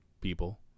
people